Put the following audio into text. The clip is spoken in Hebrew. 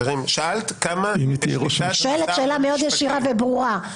היא שואלת שאלה מאוד ישירה וברורה,